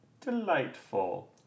delightful